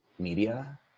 media